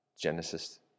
Genesis